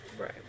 Right